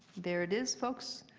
there it is, folks.